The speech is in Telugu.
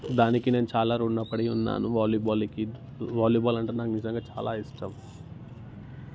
దానికి నేను చాలా రుణపడి ఉన్నాను వాలీబాల్కి వాలీబాల్ అంటే నాకు నిజంగా చాలా ఇష్టం